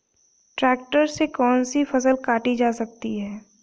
Tractor से कौन सी फसल काटी जा सकती हैं?